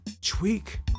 tweak